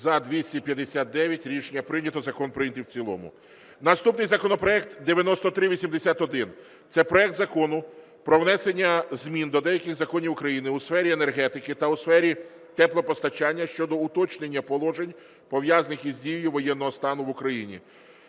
За-259 Рішення прийнято. Закон прийнятий в цілому. Наступний законопроект 9381. Це проект Закону про внесення змін до деяких законів України у сфері енергетики та у сфері теплопостачання щодо уточнення положень, пов’язаних із дією воєнного стану в Україні.